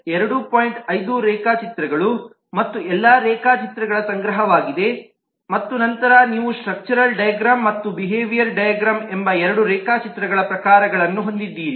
5 ರೇಖಾಚಿತ್ರಗಳು ಎಲ್ಲಾ ರೇಖಾಚಿತ್ರಗಳ ಸಂಗ್ರಹವಾಗಿದೆ ಮತ್ತು ನಂತರ ನೀವು ಸ್ಟ್ರಕ್ಚರ್ ಡೈಗ್ರಾಮ್ ಮತ್ತು ಬಿಹೇವಿಯರ್ ಡೈಗ್ರಾಮ್ ಎಂಬ ಎರಡು ರೇಖಾಚಿತ್ರಗಳ ಪ್ರಕಾರಗಳನ್ನು ಹೊಂದಿದ್ದೀರಿ